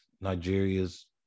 Nigeria's